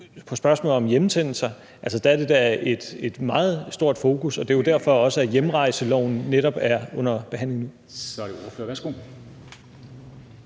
til spørgsmålet om hjemsendelser vil jeg sige, at det da er et meget stort fokus, og det er jo derfor, at hjemrejseloven netop er under behandling nu.